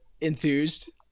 enthused